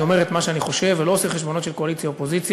אומר את מה שאני חושב ולא עושה חשבונות של קואליציה אופוזיציה.